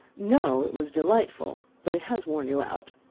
no, it was delightful but it has worn you out.